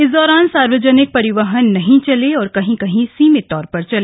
इस दौरान सार्वजनिक परिवहन नहीं चेले और कहीं कहीं सीमित तौर पर चले